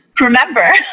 remember